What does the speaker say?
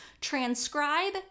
transcribe